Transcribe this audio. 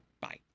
Bye